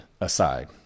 aside